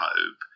hope